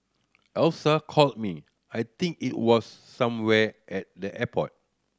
Alyssa called me I think it was somewhere at the airport